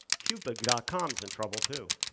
cupid dot com is in trouble too.